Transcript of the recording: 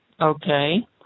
Okay